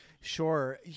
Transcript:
Sure